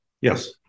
Yes